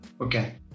okay